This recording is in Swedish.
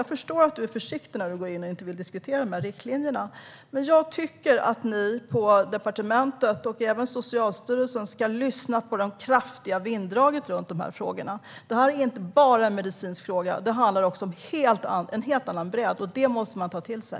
Jag förstår att han är försiktig och inte vill diskutera riktlinjerna, men jag tycker att departementet och Socialstyrelsen ska lyssna på det kraftiga vinddraget som finns kring dessa frågor. Det här är inte bara en medicinsk fråga, utan den har en helt annan bredd. Detta måste man ta till sig.